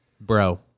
bro